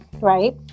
right